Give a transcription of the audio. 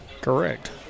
Correct